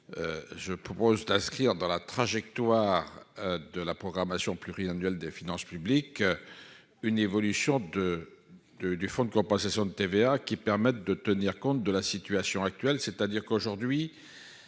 je propose d'inscrire dans la trajectoire de la programmation pluriannuelle des finances publiques, une évolution de de du fonds de compensation de TVA qui permettent de tenir compte de la situation actuelle, c'est-à-dire qu'aujourd'hui